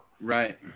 Right